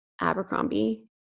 Abercrombie